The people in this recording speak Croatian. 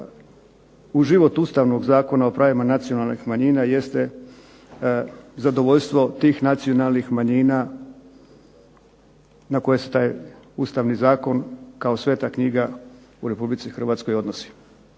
u život Ustavnog zakona o pravima nacionalnih manjina jeste zadovoljstvo tih nacionalnih manjina na koje se taj Ustavni zakon kao sveta knjiga u Republici Hrvatskoj i odnosi.